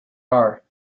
are